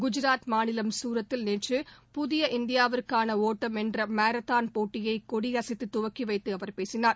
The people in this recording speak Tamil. குஜாத் மாநிலம் சூரத்தில் நேற்று புதிய இந்தியாவுக்கான ஓட்டம் என்ற மாரத்தான் போட்டியை கொடியசைத்து துவக்கி வைத்து அவர் பேசினார்